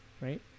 right